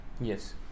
yes